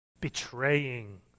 Betraying